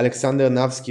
אלכסנדר נבסקי